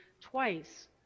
twice